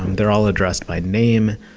they're all addressed by name,